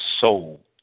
soul